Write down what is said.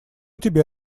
тебе